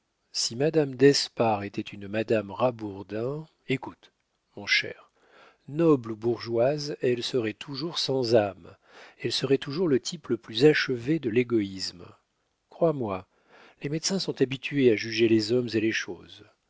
si madame d'espard était une madame rabourdin écoute mon cher noble ou bourgeoise elle serait toujours sans âme elle serait toujours le type le plus achevé de l'égoïsme crois-moi les médecins sont habitués à juger les hommes et les choses